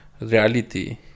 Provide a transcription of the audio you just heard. reality